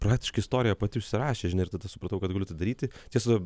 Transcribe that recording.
praktiškai istorija pati užsirašė žinai ir tada supratau kad galiu tą daryti tiesa